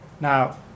Now